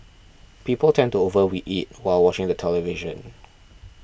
people tend to over eat while watching the television